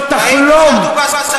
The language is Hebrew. ראיתי שגם ככה הם ירדו בסקרים.